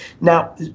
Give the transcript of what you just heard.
Now